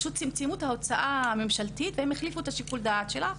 פשוט צמצמו את ההוצאה הממשלתית והם החליפו את שיקול הדעת שלך.